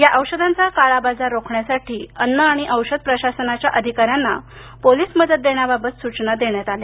या औषधांचा काळाबाजार अन्न आणि औषध प्रशासनाच्या अधिकाऱ्यांना पोलीस मदत देण्याबाबत सूचना देण्यात आल्या